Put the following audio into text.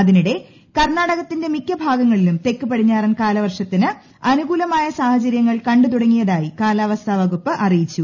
അതിനിടെ കർണ്ണാടകത്തിന്റെ മിക്ക ഭാഗങ്ങളിലും തെക്ക് പടിഞ്ഞാറൻ കാലവർഷത്തിന് അനുകൂലമായ സാഹചര്യങ്ങൾ കണ്ടുതുടങ്ങിയതായി കാലാവസ്ഥാ വകുപ്പ് അറിയിച്ചു